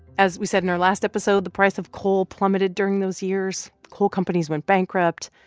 as we said in our last episode, the price of coal plummeted during those years. coal companies went bankrupt.